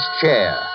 chair